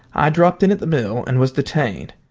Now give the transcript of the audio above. i dropped in at the mill and was detained.